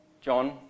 John